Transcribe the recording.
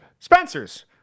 Spencer's